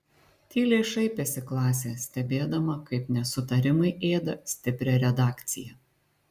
tyliai šaipėsi klasė stebėdama kaip nesutarimai ėda stiprią redakciją